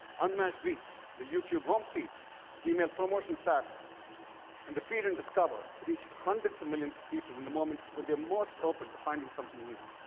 unmatched reach. the youtube home feed, the gmail promotions tabs and the feed in discover reach hundreds of millions of people in the moments when they are most open to finding something new.